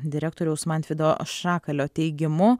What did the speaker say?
direktoriaus mantvydo šakalio teigimu